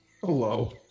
hello